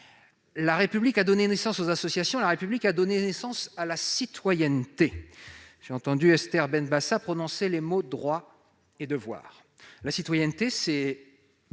La République a donné naissance aux associations ; la République a donné naissance à la citoyenneté. J'ai entendu Esther Benbassa prononcer les mots « droits » et « devoirs ». La citoyenneté offre